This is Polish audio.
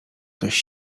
coś